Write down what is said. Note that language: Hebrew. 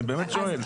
אני באמת שואל.